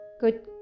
good